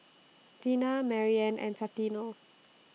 Dina Maryanne and Santino